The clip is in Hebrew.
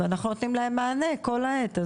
אנחנו נותנים להן מענה כל העת.